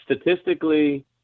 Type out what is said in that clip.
statistically